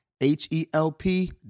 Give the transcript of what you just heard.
H-E-L-P